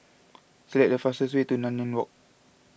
select the fastest way to Nanyang Walk